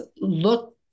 look